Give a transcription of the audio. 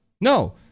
No